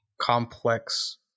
complex